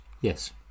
yes